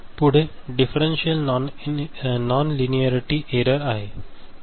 पुढे differential non linearity error आहे